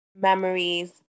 memories